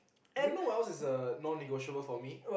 you know what else is a non negotiable for me